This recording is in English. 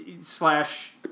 slash